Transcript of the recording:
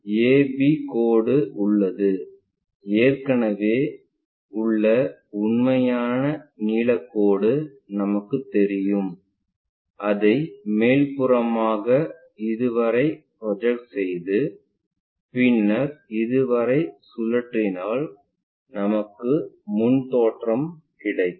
ab கோடு உள்ளது ஏற்கனவே உள்ள உண்மையான நீலக் கோடு நமக்குத் தெரியும் அதை மேற்புறமாக இதுவரை புரோஜெக்ட் செய்து பின்பு இதுவரை சுழற்றினால் நமக்கு முன் தோற்றம் கிடைக்கும்